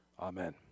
Amen